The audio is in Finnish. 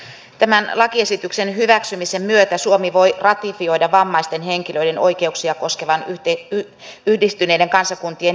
tämän lakiesityksen hyväksymisen myötä suomi voi ratifioida vammaisten henkilöiden oikeuksia koskevan yhdistyneiden kansakuntien yleissopimuksen